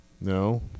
No